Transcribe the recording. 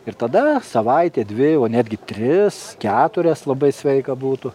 ir tada savaitę dvi o netgi tris keturias labai sveika būtų